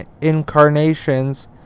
incarnations